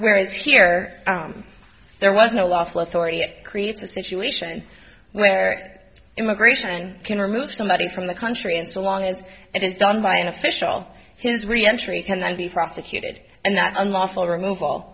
whereas here there was no lawful authority it creates a situation where immigration can remove somebody from the country and so long as it is done by an official his reentry cannot be prosecuted and not unlawful remov